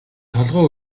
толгой